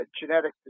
genetic